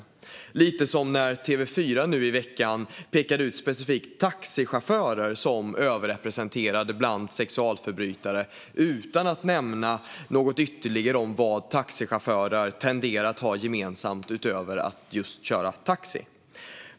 Det är lite som när TV4 nu i veckan pekade ut specifikt taxichaufförer som överrepresenterade bland sexualförbrytare utan att nämna något ytterligare om vad taxichaufförer tenderar att ha gemensamt utöver att just köra taxi.